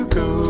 go